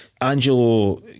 Angelo